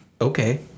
Okay